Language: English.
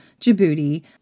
Djibouti